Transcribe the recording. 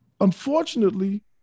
unfortunately